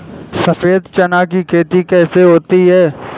सफेद चना की खेती कैसे होती है?